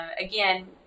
again